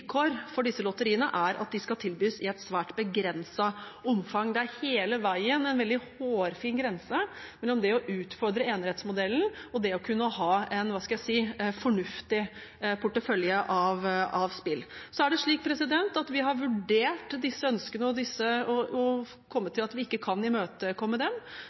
for disse lotteriene er at de skal tilbys i et svært begrenset omfang. Det er hele veien en veldig hårfin grense mellom det å utfordre enerettsmodellen og det å kunne ha en – hva skal jeg si – fornuftig portefølje av spill. Vi har vurdert disse ønskene og kommet til at vi ikke kan imøtekomme dem,